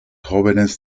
jóvenes